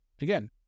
again